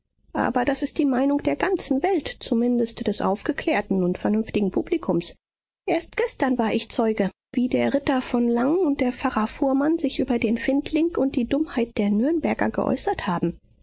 aber das ist die meinung der ganzen welt zumindest des aufgeklärten und vernünftigen publikums erst gestern war ich zeuge wie der ritter von lang und der pfarrer fuhrmann sich über den findling und die dummheit der nürnberger geäußert haben